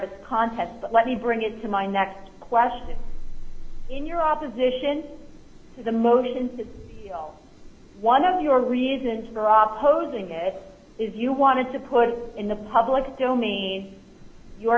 this contest but let me bring it to my next question in your opposition to the motion one of your reasons for off hosing it is you wanted to put in the public domain your